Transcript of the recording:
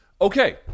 Okay